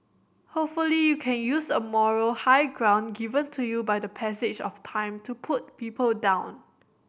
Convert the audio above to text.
hopefully you can use a moral high ground given to you by the passage of time to put people down